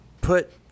put